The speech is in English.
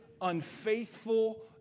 unfaithful